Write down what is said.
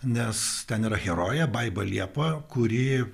nes ten yra herojė baiba liepa kuri